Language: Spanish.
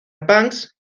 banks